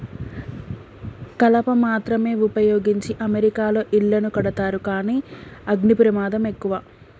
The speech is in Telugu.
కలప మాత్రమే వుపయోగించి అమెరికాలో ఇళ్లను కడతారు కానీ అగ్ని ప్రమాదం ఎక్కువ